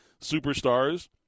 superstars